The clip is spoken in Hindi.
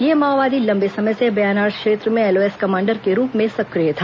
यह माओवादी लंबे समय से बयानार क्षेत्र में एलओएस कमांडर के रूप में सक्रिय था